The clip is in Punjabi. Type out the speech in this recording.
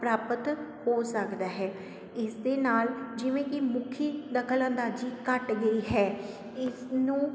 ਪ੍ਰਾਪਤ ਹੋ ਸਕਦਾ ਹੈ ਇਸ ਦੇ ਨਾਲ਼ ਜਿਵੇਂ ਕਿ ਮੁਖੀ ਦਖਲਅੰਦਾਜ਼ੀ ਘੱਟ ਗਈ ਹੈ ਇਸ ਨੂੰ